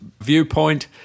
viewpoint